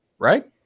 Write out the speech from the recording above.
Right